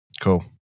Cool